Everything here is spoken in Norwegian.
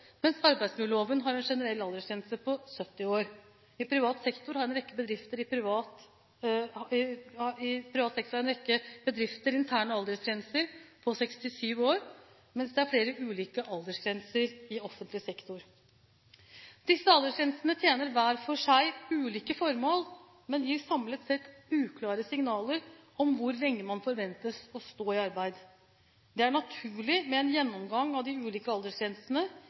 mens arbeidsmiljøloven har en generell aldersgrense på 70 år. I privat sektor har en rekke bedrifter interne aldersgrenser på 67 år, mens det er flere ulike aldersgrenser i offentlig sektor. Disse aldersgrensene tjener hver for seg ulike formål, men gir samlet sett uklare signaler om hvor lenge man forventes å stå i arbeid. Det er naturlig med en gjennomgang av de ulike aldersgrensene,